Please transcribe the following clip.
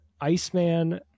Iceman